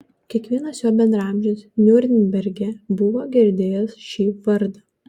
kiekvienas jo bendraamžis niurnberge buvo girdėjęs šį vardą